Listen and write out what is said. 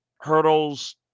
hurdles